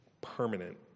permanent